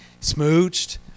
smooched